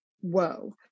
whoa